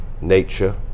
nature